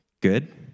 good